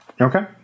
Okay